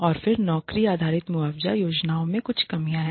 और फिर नौकरी आधारित मुआवजा योजनाओं की कुछ कमियाँ हैं